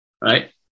right